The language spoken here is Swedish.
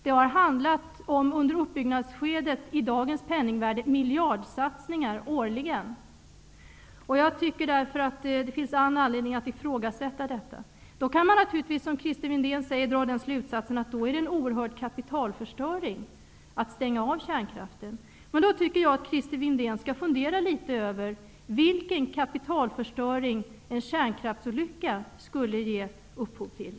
Det har under uppbyggnadsskedet handlat om årliga miljardsatsningar, räknat i dagens penningvärde. Det finns därför all anledning att ifrågasätta detta. Man kan naturligtvis, som Christer Windén, dra slutsatsen att det är en oerhörd kapitalförstöring att stänga av kärnkraften. Men då tycker jag att Christer Windén skall fundera över vilken kapitalförstöring en kärnkraftsolycka skulle ge upphov till.